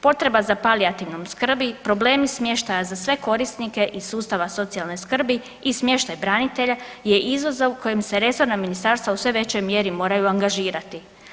Potreba za palijativnom skrbi, problemi smještaja za sve korisnike iz sustava socijalne skrbi i smještaj branitelja je izazov kojim se resorna ministarstva u sve većoj mjeri moraju angažirati.